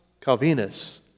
Calvinus